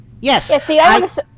Yes